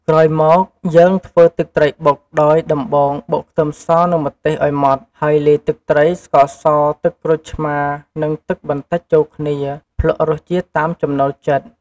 ក្រោយមក យើងធ្វើទឹកត្រីបុកដោយ ដំបូងបុកខ្ទឹមសនិងម្ទេសឱ្យម៉ដ្ឋ ហើយលាយទឹកត្រី ស្ករស ទឹកក្រូចឆ្មារ និងទឹកបន្តិចចូលគ្នា ភ្លក្សរសជាតិតាមចំណូលចិត្ត។